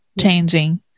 changing